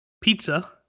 pizza